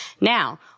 Now